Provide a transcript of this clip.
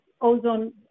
ozone